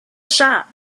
shop